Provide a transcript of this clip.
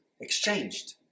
exchanged